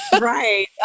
Right